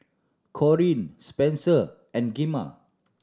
Corrine Spenser and Gemma